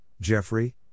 Jeffrey